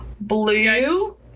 blue